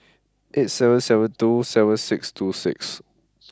eight seven seven two seven six two six